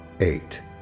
eight